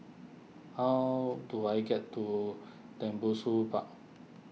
how do I get to Tembusu Park